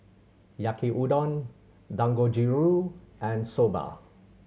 Yaki Udon Dangojiru and Soba